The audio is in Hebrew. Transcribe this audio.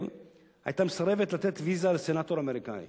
היתה מסרבת לתת ויזה לסנטור אמריקני